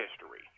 History